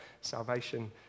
salvation